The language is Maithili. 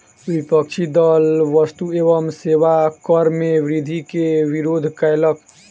विपक्षी दल वस्तु एवं सेवा कर मे वृद्धि के विरोध कयलक